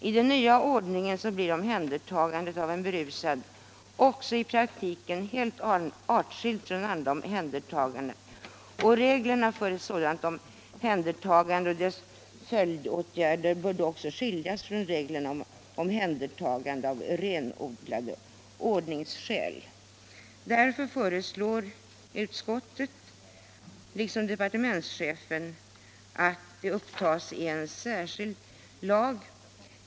I den nya ordningen blir omhändertagandet av en berusad person också i praktiken helt artskilt från andra omhändertaganden, och reglerna för ett sådant omhändertagande och dess följdåtgärder bör också skiljas från reglerna om omhändertagande av renodlade ordningsskäl. Därför föreslår utskottet liksom departementschefen att regler för omhändertagande av berusade personer upptas i en särskild lag.